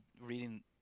reading